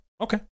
Okay